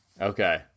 Okay